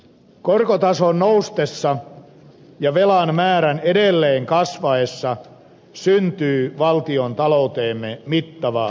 korkotason noustessa ja velan määrän edelleen kasvaessa syntyy valtiontalouteemme mittava korkomenorasitus